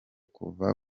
kuva